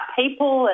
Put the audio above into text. people